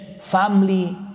family